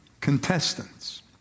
contestants